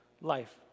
life